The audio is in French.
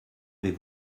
avez